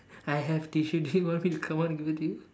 I have tissue do you want to come out and give it to you